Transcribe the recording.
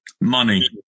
Money